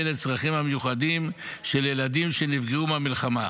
לצרכים המיוחדים של ילדים שנפגעו מהמלחמה.